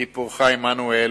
סיפורך, עמנואל,